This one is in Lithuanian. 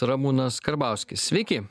ramūnas karbauskis sveiki